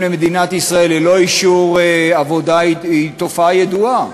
למדינת ישראל ללא אישור עבודה היא תופעה ידועה.